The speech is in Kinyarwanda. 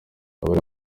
abari